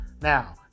Now